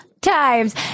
times